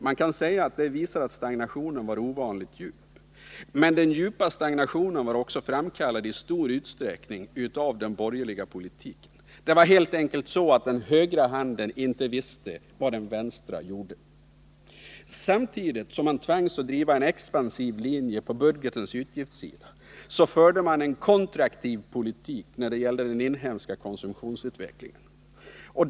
Man kan säga att detta visar att stagnationen var ovanligt djup. Men denna djupa stagnation var också i stor utsträckning framkallad av den borgerliga politiken. Det var helt enkelt så, att den högra handen inte visste vad den vänstra gjorde. Samtidigt som man tvangs att driva en expansiv linje på budgetens utgiftssida, förde man en kontraktiv politik när det gällde den inhemska konsumtionsutvecklingen.